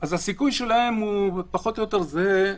אז הסיכוי שלהם הוא פחות או יותר זהה